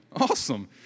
awesome